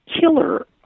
killer